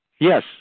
Yes